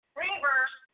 reverse